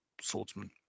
swordsman